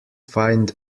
find